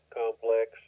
complex